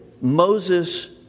Moses